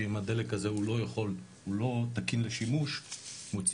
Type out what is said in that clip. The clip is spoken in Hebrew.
שאם הדלק הזה הוא לא תקין לשימוש מוציאים